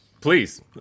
Please